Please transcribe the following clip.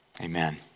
amen